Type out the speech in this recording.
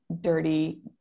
dirty